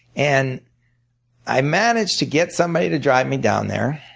and i managed to get somebody to drive me down there